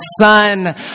Son